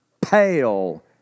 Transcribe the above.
pale